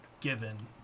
given